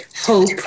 hope